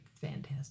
fantastic